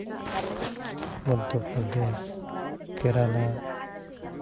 Madhya Pradesh Kerala